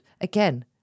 Again